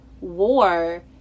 war